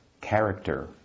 character